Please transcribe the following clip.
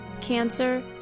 cancer